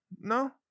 No